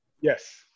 yes